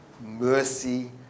mercy